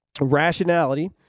rationality